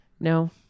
No